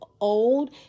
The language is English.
old